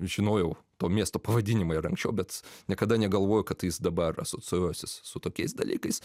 žinojau to miesto pavadinimą ir anksčiau bet niekada negalvojau kad jis dabar asocijuosis su tokiais dalykais